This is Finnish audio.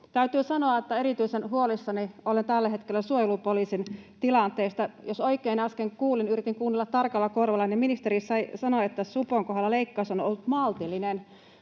Täytyy sanoa, että erityisen huolissani olen tällä hetkellä suojelupoliisin tilanteesta. Jos oikein äsken kuulin, kun yritin kuunnella tarkalla korvalla, ministeri sanoi, että supon kohdalla leikkaus on ollut maltillinen.